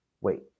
Wait